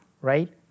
right